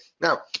Now